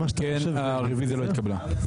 הצבעה הרוויזיה לא נתקבלה הרוויזיה לא התקבלה.